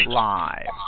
live